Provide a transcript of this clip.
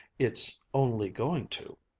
it's only going to.